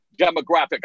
demographic